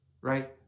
right